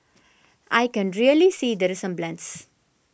I can really see the resemblance